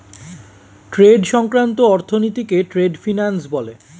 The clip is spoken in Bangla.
ট্রেড সংক্রান্ত অর্থনীতিকে ট্রেড ফিন্যান্স বলে